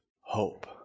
hope